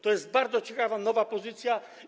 To jest bardzo ciekawa, nowa pozycja.